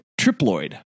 triploid